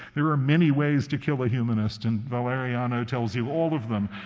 there are many ways to kill a humanist, and valeriano tells you all of them,